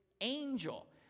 angel